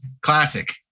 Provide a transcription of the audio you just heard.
classic